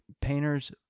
painters